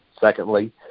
Secondly